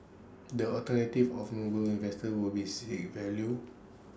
the alternative of Noble's investors will be seek value